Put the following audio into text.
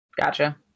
Gotcha